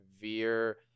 veer